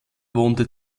wohnte